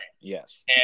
Yes